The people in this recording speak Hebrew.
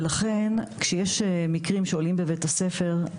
ולכן כשיש מקרים שעולים בבית הספר,